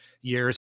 years